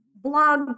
blog